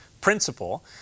principle